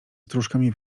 strużkami